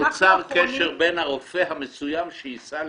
נוצר קשר בין הרופא המסוים שייסע לביניכם.